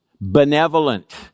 benevolent